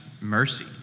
mercy